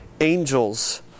angels